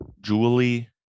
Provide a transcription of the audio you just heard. julie